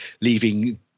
leaving